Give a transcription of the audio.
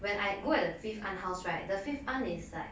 when I go at fifth aunt house right the fifth aunt is like